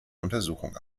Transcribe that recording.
untersuchung